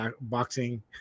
boxing